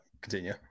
continue